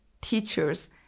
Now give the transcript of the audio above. teachers